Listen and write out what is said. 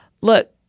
Look